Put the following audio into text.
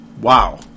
Wow